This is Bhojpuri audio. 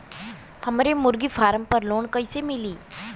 हमरे मुर्गी फार्म पर लोन कइसे मिली?